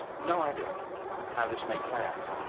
no idea how this may play out.